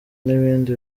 n’ibindi